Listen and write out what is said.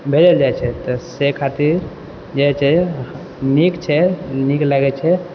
भेजल जाइत छै तऽ से खातिर जे छै नीक छै नीक लगैत छै